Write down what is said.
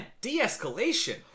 de-escalation